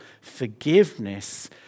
forgiveness